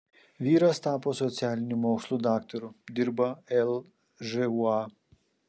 vyras tapo socialinių mokslų daktaru dirba lžūa